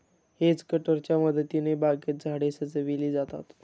hedge कटरच्या मदतीने बागेत झाडे सजविली जातात